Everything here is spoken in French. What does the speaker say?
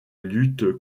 lutte